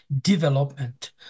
development